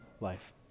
life